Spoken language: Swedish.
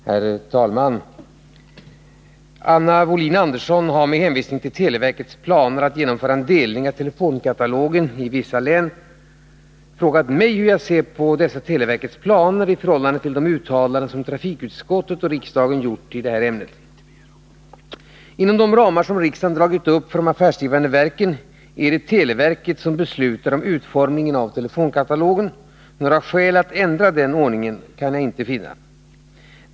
Herr talman! Anna Wohlin-Andersson har med hänvisning till televerkets planer att genomföra en delning av telefonkatalogen i vissa län frågat mig hur jag ser på dessa televerkets planer i förhållande till de uttalanden som trafikutskottet och riksdagen gjort i detta ämne. Inom de ramar som riksdagen dragit upp för de affärsdrivande verken är det televerket som beslutar om utformningen av telefonkatalogen. Några skäl att ändra denna ordning kan jag inte finna.